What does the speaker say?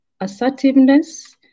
assertiveness